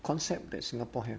concept that singapore here